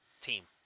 team